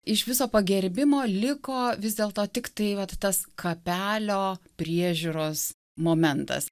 iš viso pagerbimo liko vis dėlto tik tai vat tas kapelio priežiūros momentas